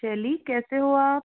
Shelly कैसे हो आप